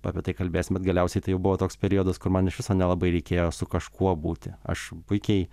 apie tai kalbėsim bet galiausiai tai jau buvo toks periodas kur man iš viso nelabai reikėjo su kažkuo būti aš puikiai